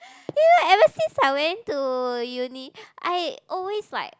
you know ever since I went to uni I always like